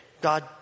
God